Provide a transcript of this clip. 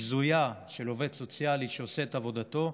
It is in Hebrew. בזויה, של עובד סוציאלי שעושה את עבודתו,